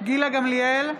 גילה גמליאל,